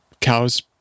cows